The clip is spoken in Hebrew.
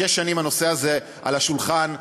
שש שנים הנושא הזה על השולחן,